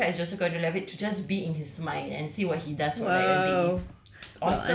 so I'd love to wake up as joseph gordon levitt to just be in his mind and see what he does for err everyday